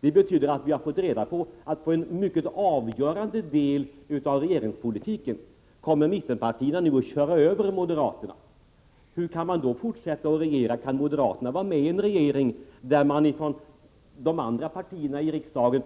Det betyder att vi har fått reda på att i en mycket avgörande del av regeringspolitiken mittenpartierna nu kommer att köra över moderaterna. Kan moderaterna vara med i en regering där de övriga regeringspartierna